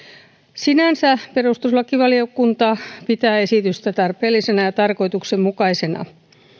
sinänsä perustuslakivaliokunta pitää esitystä tarpeellisena ja tarkoituksenmukaisena